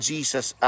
Jesus